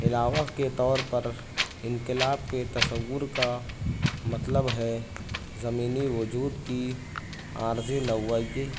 علاوہ کے طور پر انقلاب کے تصور کا مطلب ہے زمینی وجود کی عارضی نوعیت